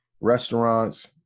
restaurants